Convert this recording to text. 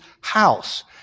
house